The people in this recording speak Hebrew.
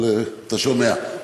אבל אתה שומע.